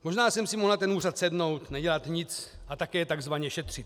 Možná jsem si mohl na ten úřad sednout, nedělat nic a také tzv. šetřit.